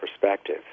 perspective